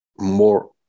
more